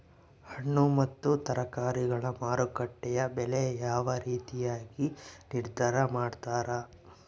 ಹಣ್ಣು ಮತ್ತು ತರಕಾರಿಗಳ ಮಾರುಕಟ್ಟೆಯ ಬೆಲೆ ಯಾವ ರೇತಿಯಾಗಿ ನಿರ್ಧಾರ ಮಾಡ್ತಿರಾ?